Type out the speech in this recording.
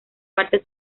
parte